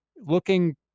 looking